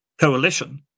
coalition